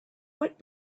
what